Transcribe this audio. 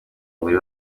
wari